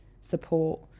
support